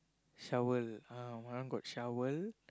shovel ah my one got shovel